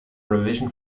revision